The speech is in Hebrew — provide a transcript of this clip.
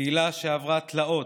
קהילה שעברה תלאות,